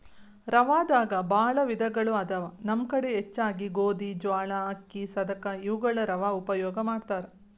ರವಾದಾಗ ಬಾಳ ವಿಧಗಳು ಅದಾವ ನಮ್ಮ ಕಡೆ ಹೆಚ್ಚಾಗಿ ಗೋಧಿ, ಜ್ವಾಳಾ, ಅಕ್ಕಿ, ಸದಕಾ ಇವುಗಳ ರವಾ ಉಪಯೋಗ ಮಾಡತಾರ